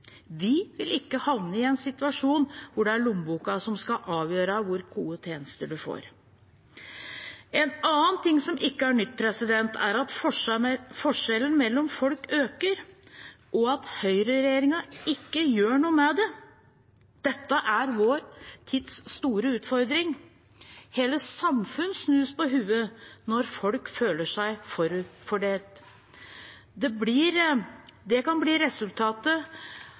Vi vil ikke havne i en situasjon hvor det er lommeboka som skal avgjøre hvor gode tjenester en får. En annen ting som ikke er nytt, er at forskjellene mellom folk øker, og at høyreregjeringen ikke gjør noe med det. Dette er vår tids store utfordring. Hele samfunn snus på hodet når folk føler seg forfordelt. Resultatet kan bli en situasjon der folk opplever uro. Resultatet